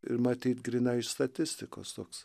ir matyt grynai iš statistikos toks